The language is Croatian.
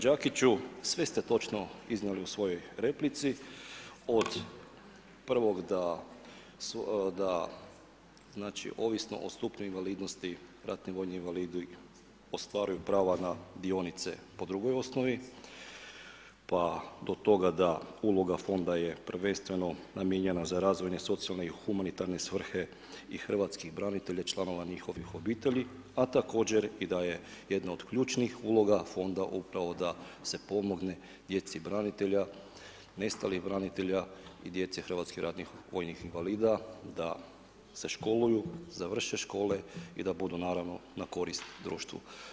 Pa kolega Đakiću sve ste točno iznijeli u svojoj replici, prvo da ovisno o stupnju invalidnosti ratni vojni invalidi ostvaruju prava na dionice po drugoj osnovi, pa do toga da uloga fonda je prvenstveno namijenjena za razvojne, socijalne i humanitarne svrhe i hrvatskih branitelja članova njihovih obitelji, a također da je jedna od ključnih uloga fonda upravo da se pomogne djeci branitelja, nestalih branitelja i nestalih hrvatskih vojnih invalida da se školuju, završe škole i da budu na korist društvu.